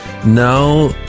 No